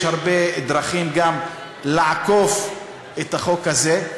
יש הרבה דרכים גם לעקוף את החוק הזה.